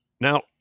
Now